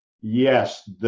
yes